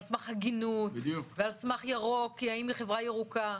על סמך הגינות והאם היא חברה ירוקה.